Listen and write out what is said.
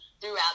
throughout